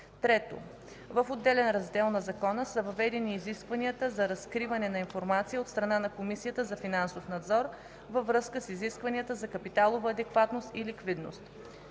3. В отделен раздел на Закона са въведени изискванията за разкриване на информация от страна на Комисията за финансов надзор във връзка с изискванията за капиталовата адекватност и ликвидност.